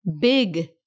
big